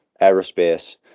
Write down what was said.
aerospace